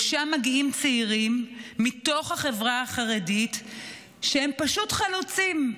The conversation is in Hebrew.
לשם מגיעים צעירים מתוך החברה החרדית שהם פשוט חלוצים.